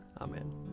Amen